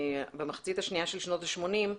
במחצית השנייה של שנות ה-80,